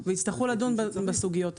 ויצטרכו לדון בסוגיות האלה.